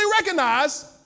recognize